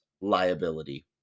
liability